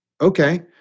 okay